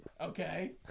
Okay